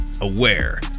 aware